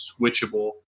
switchable